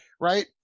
right